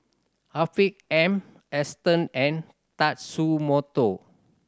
Afiq M Aston N and Tatsumoto